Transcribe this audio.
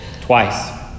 twice